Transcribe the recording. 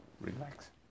Relax